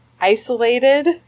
isolated